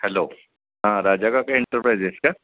hello हां Raja Kaka Enterprises का